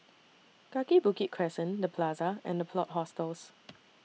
Kaki Bukit Crescent The Plaza and The Plot Hostels